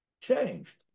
changed